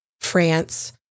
France